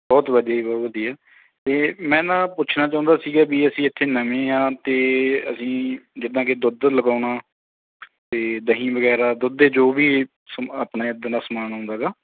ਬਹੁਤ ਵਧੀਆ ਜੀ ਬਹੁਤ ਵਧੀਆ ਅਤੇ ਮੈਂ ਨਾ ਪੁੱਛਣਾ ਚਾਹੁੰਦਾ ਸੀਗਾ ਵੀ ਅਸੀਂ ਇੱਥੇ ਨਵੇਂ ਹਾਂ ਅਤੇ ਅਸੀਂ ਜਿੱਦਾਂ ਕਿ ਦੁੱਧ ਲਗਵਾਉਣਾ ਅਤੇ ਦਹੀਂ ਵਗੈਰਾ ਦੁੱਧ ਦੇ ਜੋ ਵੀ ਸਮਾ ਆਪਣੇ ਇੱਦਾਂ ਦਾ ਸਮਾਨ ਆਉਂਦਾ ਹੈਗਾ